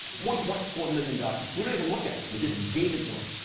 one point four million documents. we didn't even look at them. we just gave it to him.